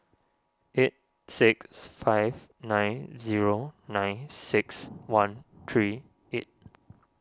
eight six five nine zero nine six one three eight